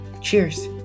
Cheers